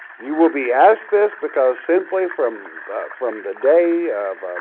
you will be asked this because simply from from the day of